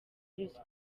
ruswa